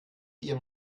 ihrem